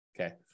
Okay